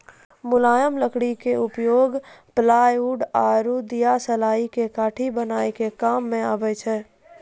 मुलायम लकड़ी के उपयोग प्लायउड आरो दियासलाई के काठी बनाय के काम मॅ आबै छै